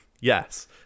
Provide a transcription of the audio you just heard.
Yes